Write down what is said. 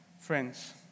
friends